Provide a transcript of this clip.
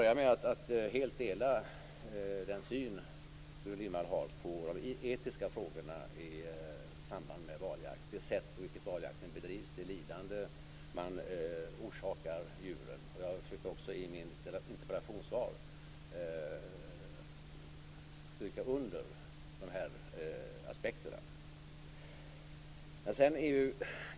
Jag delar helt Gudrun Lindvalls uppfattning i de etiska frågorna i samband med valjakt. Det gäller då det sätt på vilket valjakten bedrivs och det lidande som man orsakar djuren. I mitt interpellationssvar har jag försökt att stryka under de aspekterna.